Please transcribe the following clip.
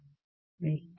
மிக்க நன்றி